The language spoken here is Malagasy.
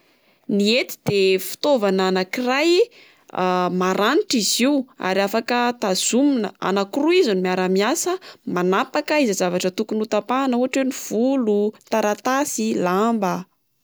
Ny hety de fitaovana anak'iray a maranitra izy io ary afaka tazomina. Anakiroa izy no miara-miasa manapaka izay zavatra tokony ho tapahana, ohatra oe ny volo, taratasy, lamba.